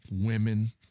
women